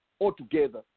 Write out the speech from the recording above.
altogether